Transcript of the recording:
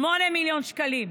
8 מיליון שקלים.